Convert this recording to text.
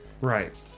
Right